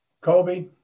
Kobe